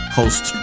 host